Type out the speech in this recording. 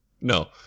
No